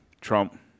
Trump